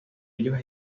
ellos